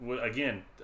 Again